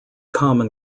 common